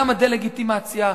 גם הדה-לגיטימציה,